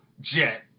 jet